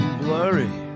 blurry